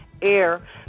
air